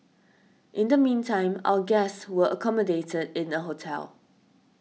in the meantime our guests were accommodate in a hotel